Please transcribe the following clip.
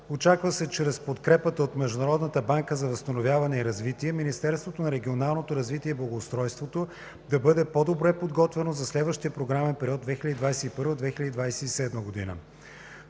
Очаква се чрез подкрепата от Международната банка за възстановяване и развитие Министерството на регионалното развитие и благоустройството да бъде по-добре подготвено за следващия програмен период 2021 – 2027 г.